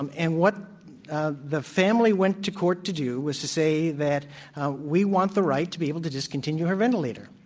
um and what ah the family went to court to do was to say that we want the right to be able to discontinue our ventilator.